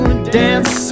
dance